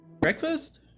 Breakfast